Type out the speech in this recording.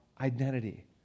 identity